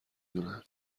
دونن